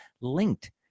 linked